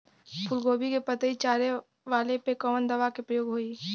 फूलगोभी के पतई चारे वाला पे कवन दवा के प्रयोग होई?